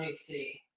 and see